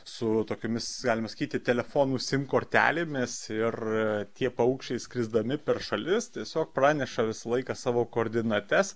su tokiomis galima sakyti telefonų sim kortelėmis ir tie paukščiai skrisdami per šalis tiesiog praneša visą laiką savo koordinates